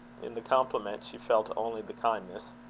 in the compliment she felt only the kindness.